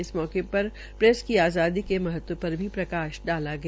इस मौके पर प्रेस की आज़ादी के महत्व पर भी प्रकाश डाला गया